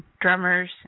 drummers